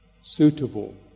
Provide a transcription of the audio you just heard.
suitable